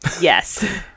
Yes